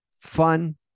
fun